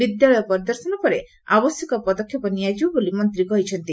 ବିଦ୍ୟାଳୟ ପରିଦର୍ଶନ ପରେ ଆବଶ୍ୟକ ପଦକ୍ଷେପ ନିଆଯିବ ବୋଲି ମନ୍ତୀ କହିଛନ୍ତି